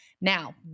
Now